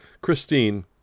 Christine